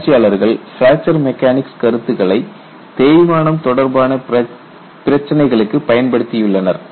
ஆராய்ச்சியாளர்கள் fracture mechanics கருத்துக்களை தேய்மானம் தொடர்பான பிரச்சினைகளுக்கு பயன்படுத்தியுள்ளனர்